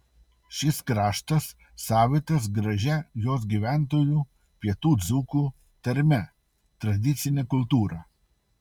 šis kraštas savitas gražia jos gyventojų pietų dzūkų tarme tradicine kultūra